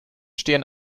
stehen